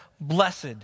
Blessed